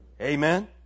Amen